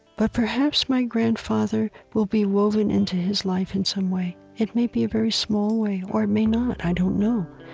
but perhaps my grandfather will be woven into his life in some way. it may be a very small way or it may not, i don't know,